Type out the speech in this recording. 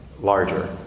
larger